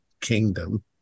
kingdom